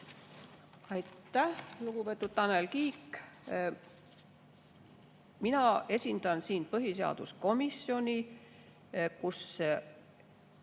Aitäh, lugupeetud Tanel Kiik! Mina esindan siin põhiseaduskomisjoni, kus